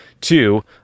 Two